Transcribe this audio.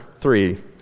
three